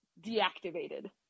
deactivated